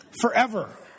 forever